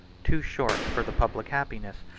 too short for the public happiness,